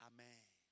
Amen